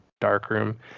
darkroom